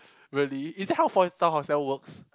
really is that how five star hotel works